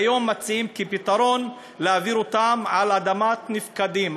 והיום מציעים כפתרון להעביר אותם אל אדמת נפקדים.